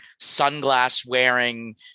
sunglass-wearing